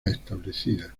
establecida